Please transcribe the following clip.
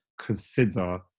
consider